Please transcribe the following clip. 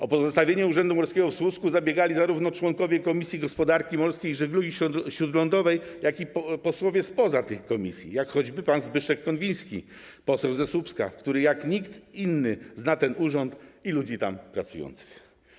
O pozostawienie Urzędu Morskiego w Słupsku zabiegali zarówno członkowie Komisji Gospodarki Morskiej i Żeglugi Śródlądowej, jak i posłowie spoza tych komisji, jak choćby pan Zbyszek Konwiński, poseł ze Słupska, który jak nikt inny zna ten urząd i ludzi tam pracujących.